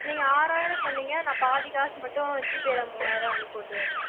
நீங்கள் ஆறாயிரம் சொன்னீங்க நான் பாதி காசு மட்டும் ஜிபேபில் மூவாயிரம் அனுப்பிவிட்டுறேன்